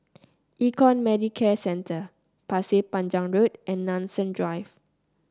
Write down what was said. Econ Medicare Centre Pasir Panjang Road and Nanson Drive